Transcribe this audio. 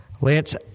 Lance